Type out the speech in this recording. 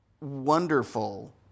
wonderful